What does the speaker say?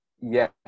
Yes